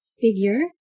figure